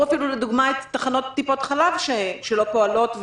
לדוגמה את תחנות טיפות החלב שלא פועלות,